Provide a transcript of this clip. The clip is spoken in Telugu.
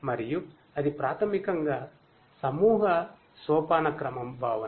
మరియు అది ప్రాథమికంగా సమూహ సోపానక్రమం భావన